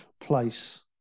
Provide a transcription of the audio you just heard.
place